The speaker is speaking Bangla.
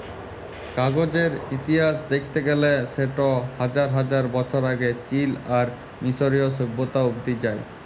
কাগজের ইতিহাস দ্যাখতে গ্যালে সেট হাজার হাজার বছর আগে চীল আর মিশরীয় সভ্যতা অব্দি যায়